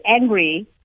angry